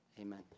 Amen